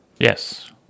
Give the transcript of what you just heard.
Yes